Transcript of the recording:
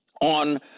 On